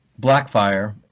Blackfire